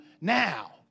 now